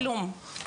כלום.